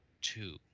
two